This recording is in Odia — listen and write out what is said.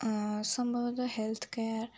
ସମ୍ଭବତଃ ହେଲଥ୍ କେୟାର୍